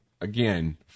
again